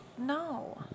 no